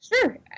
Sure